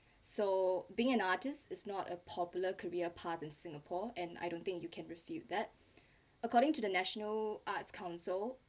so being an artist is not a popular career paths in singapore and I don't think you can refute that according to the national arts council